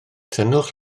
tynnwch